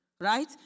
right